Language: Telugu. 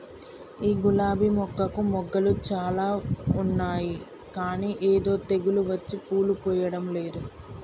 ఈ గులాబీ మొక్కకు మొగ్గలు చాల ఉన్నాయి కానీ ఏదో తెగులు వచ్చి పూలు పూయడంలేదు